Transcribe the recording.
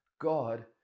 God